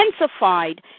intensified